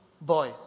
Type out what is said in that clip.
boy